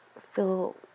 feel